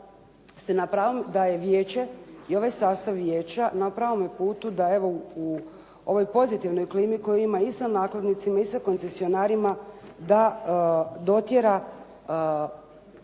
tako da mislim da je vijeće i ovaj sastav vijeća na pravome putu da evo u ovoj pozitivnoj klimi koju ima i sa nakladnicima i sa koncesionarima da dotjera stanje